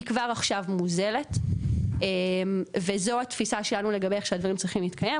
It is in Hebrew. היא כבר עכשיו מוזלת וזו התפיסה שלנו לגבי איך שהדברים צריכים להתקיים.